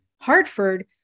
Hartford